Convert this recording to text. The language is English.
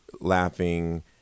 laughing